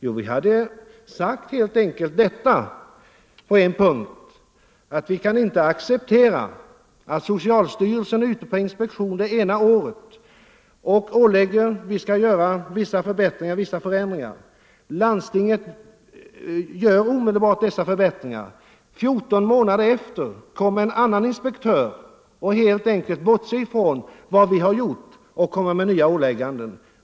Jo, på en punkt helt enkelt att vi inte kan acceptera att det går till så här: Det ena året är socialstyrelsen ute på inspektion och ålägger oss att göra vissa förbättringar, och landstinget gör omedelbart dessa förbättringar. 14 månader senare kommer en annan inspektör, som helt bortser från vad vi har gjort och kommer med nya ålägganden.